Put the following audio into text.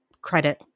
credit